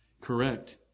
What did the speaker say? Correct